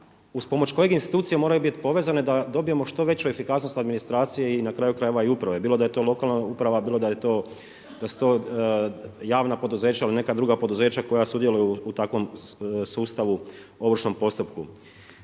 uz pomoć kojeg institucije moraju biti povezane da dobijemo što veću efikasnost administracije i na kraju krajeve uprave, bilo da je to lokalna uprava bilo da su to javna poduzeća ili neka druga poduzeća koja sudjeluju u takvom sustavu u ovršnom postupku.